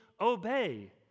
obey